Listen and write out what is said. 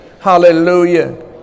hallelujah